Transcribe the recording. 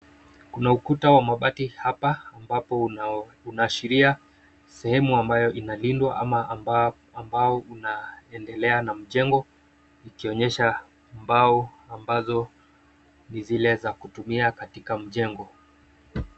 Kuna ukuta wa mabati hapa ambapo unaashiria sehemu ambayo inalindwa ama ambao inaendelea na mjengo ikionyesha mbao ambazo ni zile za kutumia katika mjengo.